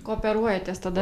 kooperuojatės tada